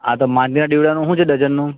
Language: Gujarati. હા તો માન્ય દીવડાનું શું છે ડજનનું